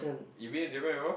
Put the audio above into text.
you've been to Japan before